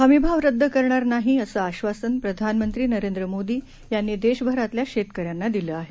हमीभावरद्दकरणारनाही असं आश्वासन प्रधानमंत्रीनरेंद्रमोदीयांनी देशभरातल्याशेतकऱ्यांनादिलं आहे